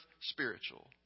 spiritual